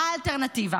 מה האלטרנטיבה